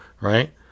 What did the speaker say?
Right